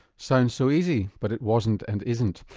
sounds so easy, but it wasn't and isn't.